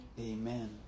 amen